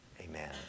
Amen